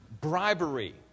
Bribery